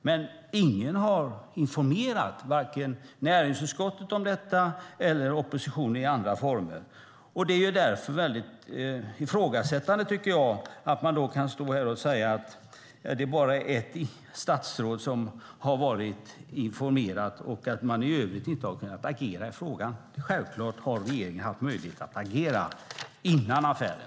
Men ingen har informerat vare sig näringsutskottet eller oppositionen i andra former. Det går därför att ifrågasätta att man kan stå här i dag och säga att det bara är ett statsråd som har varit informerad och att man i övrigt inte har kunnat agera i frågan. Självklart har regeringen haft möjlighet att agera före den här affären.